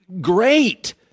Great